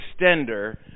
extender